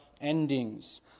endings